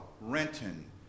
Renton